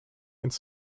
ins